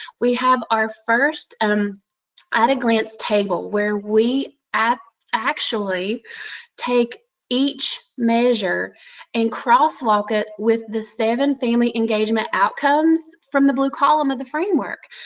we have our first um at-a-glance table where we actually take each measure and crosswalk it with the seven family engagement outcomes from the blue column of the framework.